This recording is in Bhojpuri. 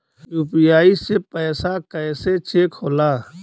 यू.पी.आई से पैसा कैसे चेक होला?